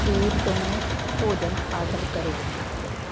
ਸੇਬ ਤੋਂ ਭੋਜਨ ਆਰਡਰ ਕਰੋ